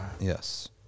yes